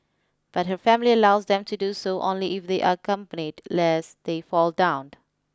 but her family allows them to do so only if they are lest they fall down